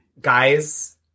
Guys